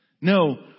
No